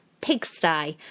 pigsty